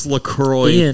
LaCroix